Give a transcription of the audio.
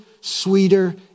sweeter